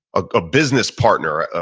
a business partner, ah